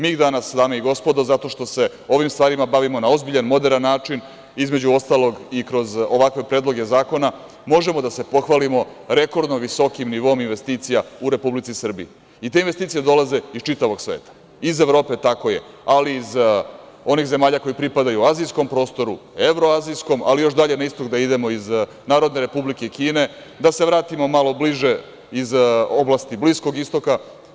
Mi ih danas, dame i gospodo, zato što se ovim stvarima bavimo na ozbiljan, moderan način, između ostalog i kroz ovakve predloge zakona, možemo da se pohvalimo rekordno visokim nivoom investicija u Republici Srbiji i te investicije dolaze iz čitavog sveta, iz Evrope, tako je, ali i iz onih zemalja koje pripadaju azijskom prostoru, evroaizijskom, ali još dalje na istok da idemo, iz Narodne Republike Kine, da se vratimo malo bliže iz oblasti Bliskog Istoka.